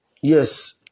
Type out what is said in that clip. Yes